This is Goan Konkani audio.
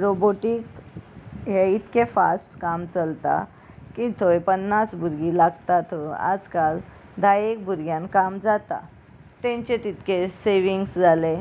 रोबोटीक हे इतकें फास्ट काम चलता की थंय पन्नास भुरगीं लागता थंय आजकाल धा एक भुरग्यान काम जाता तांचे तितके सेविंग्स जाले